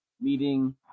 meeting